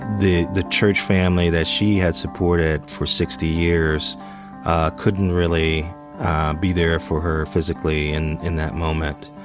the the church family that she had supported for sixty years couldn't really be there for her physically in in that moment.